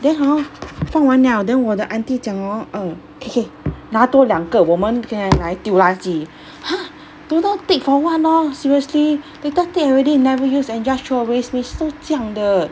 then hor 放完了 then 我的 auntie 讲 orh uh K 拿多两个我们可以拿来丢垃圾 !huh! don't know take for what lor seriously later take already never use and just throw away 每次每次都这样的